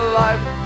life